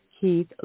Keith